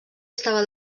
estava